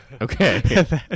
okay